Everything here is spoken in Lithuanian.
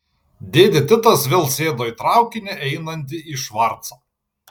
dėdė titas vėl sėdo į traukinį einantį į švarcą